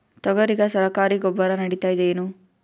ತೊಗರಿಗ ಸರಕಾರಿ ಗೊಬ್ಬರ ನಡಿತೈದೇನು?